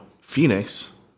Phoenix